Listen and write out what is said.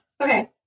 Okay